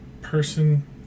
person